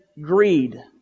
greed